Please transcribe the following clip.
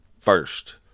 first